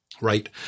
Right